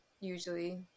usually